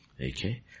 Okay